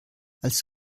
als